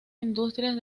industrias